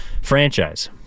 franchise